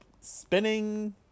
spinning